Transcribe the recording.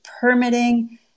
permitting